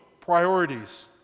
priorities